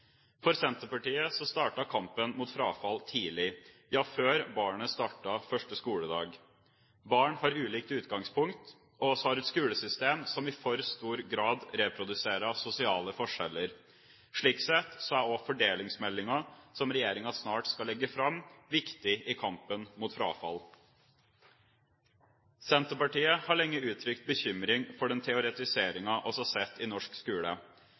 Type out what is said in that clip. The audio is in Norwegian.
For Senterpartiet starter kampen mot frafall tidlig, ja før barna starter første skoledag. Barn har ulikt utgangspunkt, og vi har et skolesystem som i for stor grad reproduserer sosiale forskjeller. Slik sett er også fordelingsmeldingen som regjeringen snart skal legge fram, viktig i kampen mot frafall. Senterpartiet har lenge uttrykt bekymring for den teoretiseringen vi har sett i norsk skole.